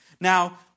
Now